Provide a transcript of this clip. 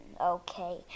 Okay